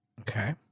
Okay